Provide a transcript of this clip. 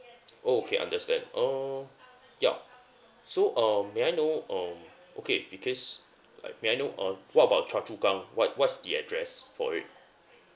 oh okay understand uh ya so um may I know um okay because like may I know uh what about choa chu kang what what's the address for it